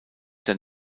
der